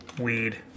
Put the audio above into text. weed